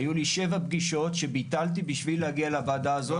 היו לי 7 פגישות שביטלתי בשביל להגיע לוועדה הזאת